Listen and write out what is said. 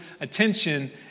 attention